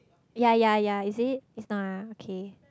yea yea yea is it it's not ah okay